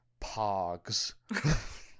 pogs